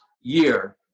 year